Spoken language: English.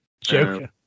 Joker